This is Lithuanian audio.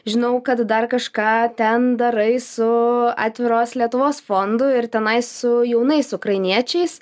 žinau kad dar kažką ten darai su atviros lietuvos fondu ir tenai su jaunais ukrainiečiais